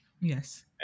Yes